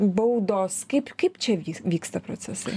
baudos kaip kaip čia vyksta procesai